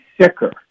sicker